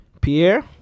Pierre